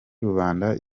rubanda